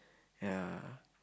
yeah